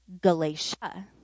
Galatia